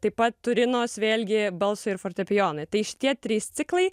taip pat turinos vėlgi balsui ir fortepijonui tai šitie trys ciklai